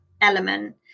element